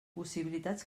possibilitats